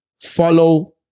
Follow